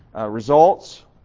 results